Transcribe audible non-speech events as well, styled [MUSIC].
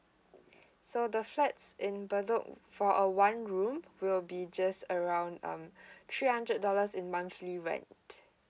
[BREATH] so the flats in bedok for a one room will be just around um three hundred dollars in monthly rent